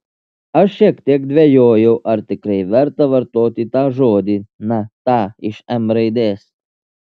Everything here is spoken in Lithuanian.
aš šiek tiek dvejojau ar tikrai verta vartoti tą žodį na tą iš m raidės